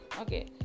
Okay